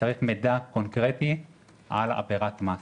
צריך מידע קונקרטי על עבירת מס.